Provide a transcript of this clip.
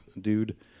dude